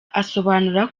asobanura